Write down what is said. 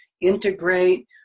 integrate